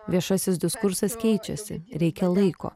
viešasis diskursas keičiasi reikia laiko